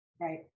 Right